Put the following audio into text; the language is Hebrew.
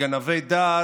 דעת,